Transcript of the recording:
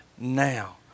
Now